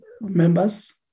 Members